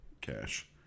Cash